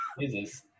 Jesus